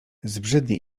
zbrzydnie